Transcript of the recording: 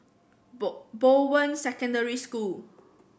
Bo Bowen Secondary School